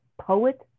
poet